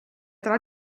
tra